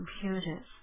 computers